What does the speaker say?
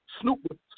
Snoop